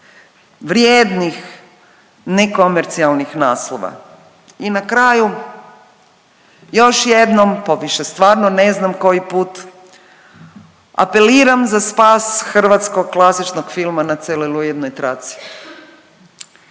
vrijednih, nekomercijalnih naslova. I na kraju još jednom poviše stvarno ne znam koji put, apeliram za spas hrvatskog klasičnog filma na celuloidnoj traci